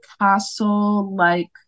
castle-like